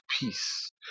peace